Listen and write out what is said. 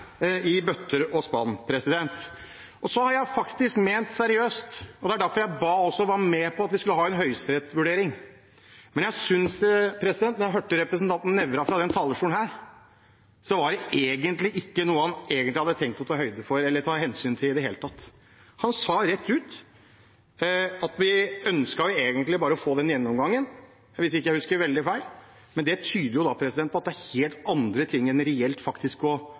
i bøtter og spann. Jeg har faktisk ment dette seriøst – og det var derfor jeg var med på å be om at vi skulle ha en høyesterettsvurdering – men når jeg hørte representanten Nævra fra denne talerstolen, var det ikke noe han egentlig hadde tenkt å ta høyde for eller hensyn til i det hele tatt. Han sa rett ut – hvis jeg ikke husker veldig feil – at de egentlig bare ønsket å få den gjennomgangen. Det tyder på at det er helt andre ting enn faktisk reelt å få bruke Høyesterett. Jeg oppfatter at det er